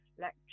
lecture